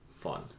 fun